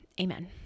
Amen